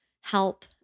help